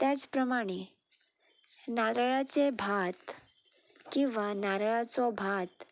त्याच प्रमाणे नारळाचे भात किंवां नारळाचो भात